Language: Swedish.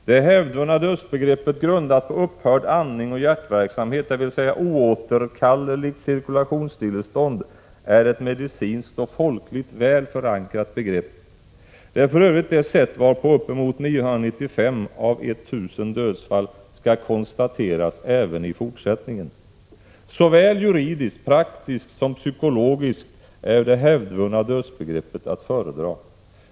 Det hävdvunna dödsbegreppet, grundat på upphörd andning och hjärtverksamhet, dvs. oåterkalleligt cirkulationsstillestånd, är ett medicinskt och folkligt väl förankrat begrepp. Det är för övrigt det sätt varpå uppemot 995 av 1 000 dödsfall skall konstateras även i fortsättningen. Såväl juridiskt, praktiskt som psykologiskt är det hävdvunna dödsbegreppet att föredra.